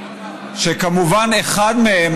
שכמובן אחד מהם,